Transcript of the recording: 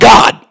God